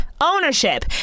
ownership